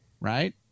right